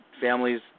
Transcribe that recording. families